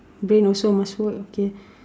brain also must work okay